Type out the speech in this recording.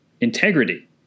integrity